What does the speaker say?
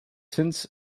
since